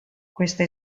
questa